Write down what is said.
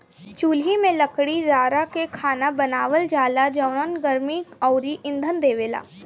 चुल्हि में लकड़ी जारा के खाना बनावल जाला जवन गर्मी अउरी इंधन देवेला